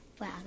Wow